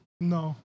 No